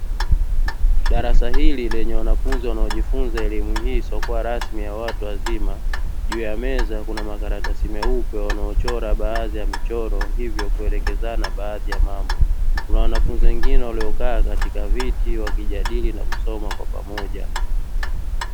Darasa hili lenye wanafunzi wanaojifunza elimu hii isiyokuwa rasmi ya watu wazima, juu ya meza kuna makaratasi meupe wanayochora baadhi ya michezo hivyo kuelekezana baadhi ya mambo. Kuna wanafunzi wengine waliyokaa katika viti wakijadili na kusoma kwa pamoja.